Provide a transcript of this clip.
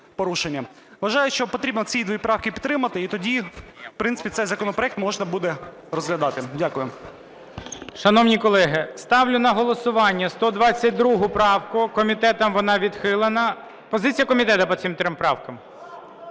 Вважаю, що потрібно ці дві правки підтримати, і тоді, в принципі, цей законопроект можна буде розглядати. Дякую.